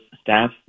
staff